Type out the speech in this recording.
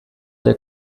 der